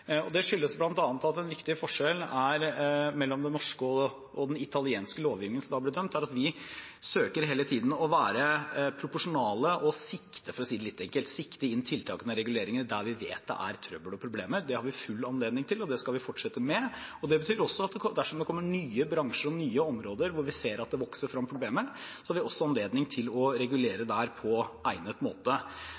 Det skyldes bl.a. at en viktig forskjell mellom den norske og den italienske lovgivningen, som nå er blitt dømt, er at vi hele tiden søker å være proporsjonale og – for å si det litt enkelt – sikte inn tiltakene og reguleringene der vi vet det er trøbbel og problemer. Det har vi full anledning til, og det skal vi fortsette med. Det betyr også at dersom det kommer nye bransjer og nye områder der vi ser at det vokser frem problemer, har vi også anledning til å regulere